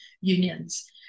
unions